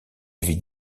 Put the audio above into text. vit